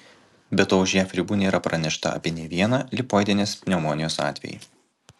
be to už jav ribų nėra pranešta apie nė vieną lipoidinės pneumonijos atvejį